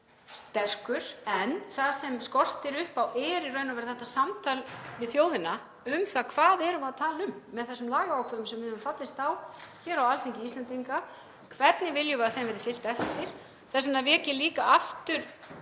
Það sem skortir upp á er í raun og veru þetta samtal við þjóðina um það hvað við erum að tala um með þessum lagaákvæðum sem við höfum fallist á hér á Alþingi Íslendinga. Hvernig viljum við að þeim verði fylgt eftir? Þess vegna vek ég líka aftur